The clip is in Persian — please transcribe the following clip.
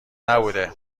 نبوده